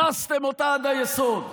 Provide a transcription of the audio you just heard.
הרסתם אותה עד היסוד.